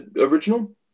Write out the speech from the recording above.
original